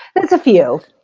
that's a few,